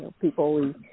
people